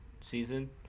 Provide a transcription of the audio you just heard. season